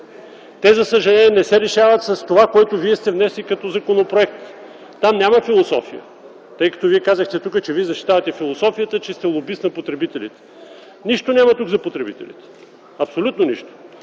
Те, за съжаление, не се решават с това, което Вие сте внесли като законопроект. Там няма философия, тъй като Вие казахте тук, че защитавате философията, че сте лобист на потребителите. Тук няма нищо за потребителите, абсолютно нищо!